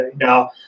Now